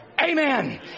Amen